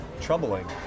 troubling